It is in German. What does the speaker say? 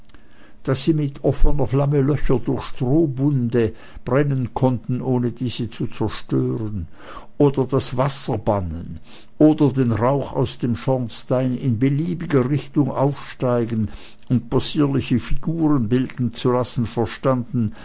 daß sie mit offener flamme löcher durch strohbunde brennen konnten ohne diese zu zerstören oder das wasser bannen oder den rauch aus den schornsteinen in beliebiger richtung aufsteigen und possierliche figuren bilden zu lassen verstanden